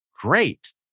great